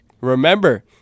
Remember